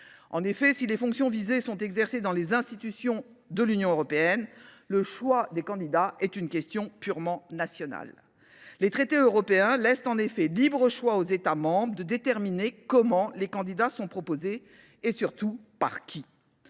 En effet, si les fonctions visées sont exercées au sein des institutions de l’Union européenne, le choix des candidats est une question purement nationale. Les traités européens laissent en effet libre choix aux États membres de déterminer comment les candidats sont proposés et surtout par qui.